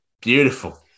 Beautiful